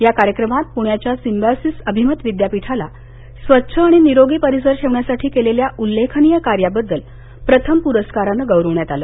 या कार्यक्रमात पुण्याच्या सिंबायोसिस अभिमत विद्यापीठाला स्वच्छ आणि निरोगी परिसर ठेवण्यासाठी केलेल्या उल्लेखनीय कार्याबद्दल प्रथम पुरस्कारानं गौरवण्यात आलं